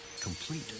complete